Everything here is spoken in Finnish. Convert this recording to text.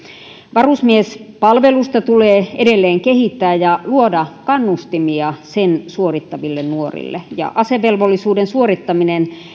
varusmiespalvelusta tulee edelleen kehittää ja luoda kannustimia sen suorittaville nuorille ja asevelvollisuuden suorittaminen